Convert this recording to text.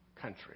country